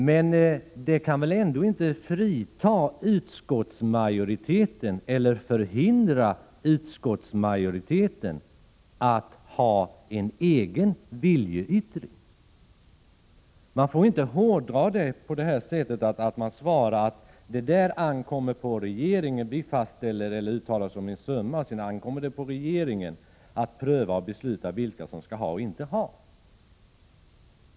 Men det kan väl ändå inte hindra utskottsmajoriteten att avge en viljeyttring på den punkten. Man får inte hårddra det så, att man säger att vi uttalar oss om en summa, och sedan ankommer det på regeringen att pröva och besluta vilka som skall ha och inte skall ha bidrag.